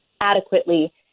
adequately